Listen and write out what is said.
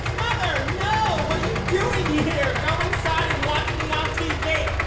mother, no. what are you doing here? go inside and watch me on tv